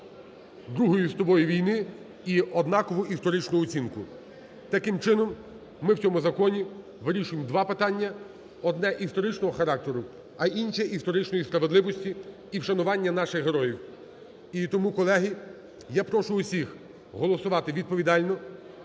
Другої світової війни і однакову історичну оцінку. Таким чином ми в цьому законі вирішуємо два питання: одне – історичного характеру, а інше – історичної справедливості і вшанування наших героїв. І тому, колеги, я прошу всіх голосувати відповідально,